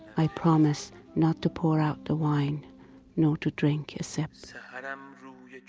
i promise not to pour out the wine nor to drink a sip. so but um